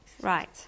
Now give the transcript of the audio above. Right